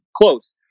close